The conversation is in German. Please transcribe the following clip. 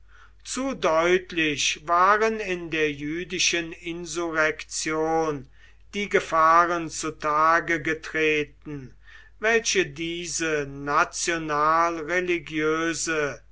zu deutlich waren in der jüdischen insurrektion die gefahren zu tage getreten welche diese